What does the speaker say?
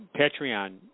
Patreon